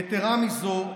יתרה מזו,